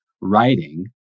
writing